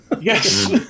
Yes